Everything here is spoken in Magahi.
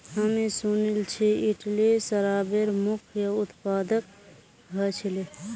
हामी सुनिल छि इटली शराबेर मुख्य उत्पादक ह छिले